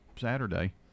Saturday